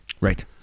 Right